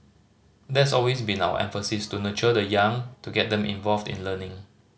that's always been our emphasis to nurture the young to get them involved in learning